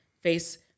face